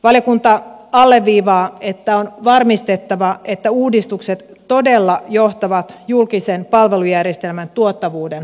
valiokunta alleviivaa että on varmistettava että uudistukset todella johtavat julkisen palvelujärjestelmän tuottavuuden parantamiseen